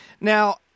Now